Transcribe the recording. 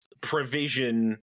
provision